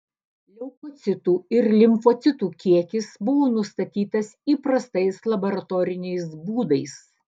leukocitų ir limfocitų kiekis buvo nustatytas įprastais laboratoriniais būdais